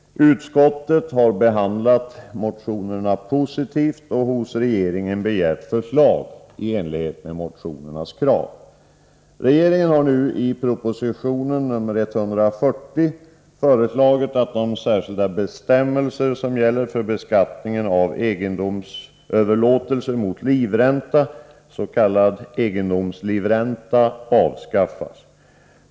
Utskottet har behandlat motionerna positivt och hos regeringen begärt förslag i enlighet med motionärernas krav. Regeringen har i proposition 140 föreslagit att de särskilda bestämmelser som gäller för beskattningen av egendomsöverlåtelser mot livränta, s.k. egendomslivränta, avskaffas.